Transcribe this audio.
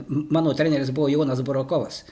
mano treneris buvo jonas burokovas